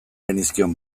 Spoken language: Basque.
genizkion